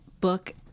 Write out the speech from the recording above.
book